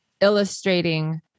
illustrating